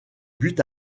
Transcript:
buts